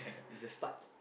is a start